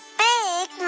big